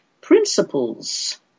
principles